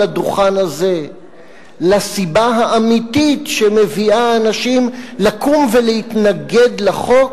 דוכן זה לסיבה האמיתית שמביאה אנשים לקום ולהתנגד לחוק,